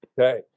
Okay